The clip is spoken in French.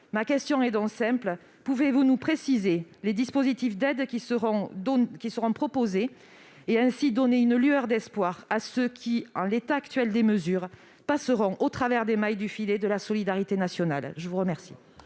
le secrétaire d'État, pouvez-vous nous préciser les dispositifs d'aide qui seront proposés et, ainsi, donner une lueur d'espoir à ceux qui, en l'état actuel des mesures, passeront au travers des mailles du filet de la solidarité nationale ? Très bien